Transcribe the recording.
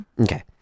Okay